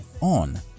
on